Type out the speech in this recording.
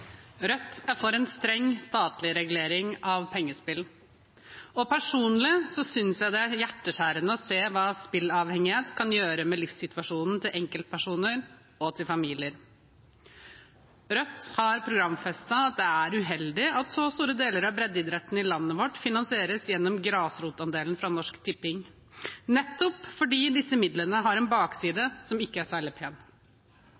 Rødt er for en streng statlig regulering av pengespill, og personlig synes jeg det er hjerteskjærende å se hva spillavhengighet kan gjøre med livssituasjonen til enkeltpersoner og familier. Rødt har programfestet at det er uheldig at så store deler av breddeidretten i landet vårt finansieres gjennom grasrotandelen fra Norsk Tipping, nettopp fordi disse midlene har en